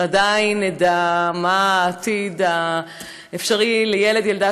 ושעדיין נדע מה העתיד האפשרי לילד או לילדה